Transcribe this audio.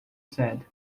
said